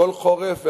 בכל חורף,